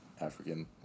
African